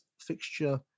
fixture